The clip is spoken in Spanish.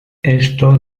esto